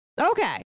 Okay